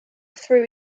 through